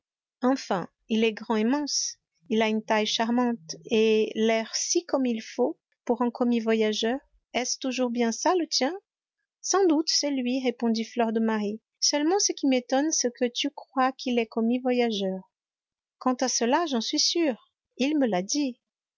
enfin il est grand et mince il a une taille charmante et l'air si comme il faut pour un commis voyageur est-ce toujours bien ça le tien sans doute c'est lui répondit fleur de marie seulement ce qui m'étonne c'est que tu croies qu'il est commis voyageur quant à cela j'en suis sûre il me l'a dit